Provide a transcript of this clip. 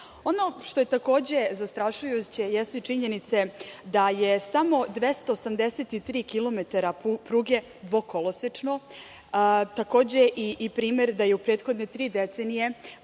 Ono što je takođe zastrašujuće jeste činjenica da je samo 283 kilometara pruge dvokolosečno, takođe i primer da je u prethodne tri decenije